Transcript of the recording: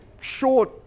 short